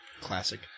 Classic